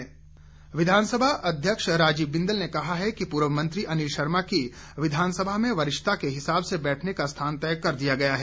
अनिल शर्मा विधानसभा अध्यक्ष राजीव बिंदल ने कहा है कि पूर्व मंत्री अनिल शर्मा की विधानसभा में वरिष्ठता के हिसाब से बैठने का स्थान तय कर दिया गया है